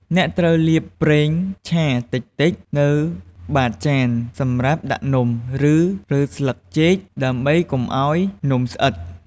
អ្នកត្រូវលាបប្រេងឆាតិចៗលើបាតចានសម្រាប់ដាក់នំ ឬ លើស្លឹកចេកដើម្បីកុំឲ្យនំស្អិត។